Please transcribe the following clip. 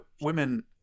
women